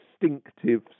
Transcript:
distinctive